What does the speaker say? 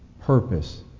purpose